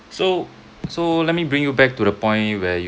so so let me bring you back to the point where